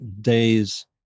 days